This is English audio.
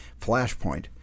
flashpoint